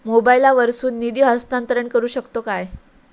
मोबाईला वर्सून निधी हस्तांतरण करू शकतो काय?